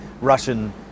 Russian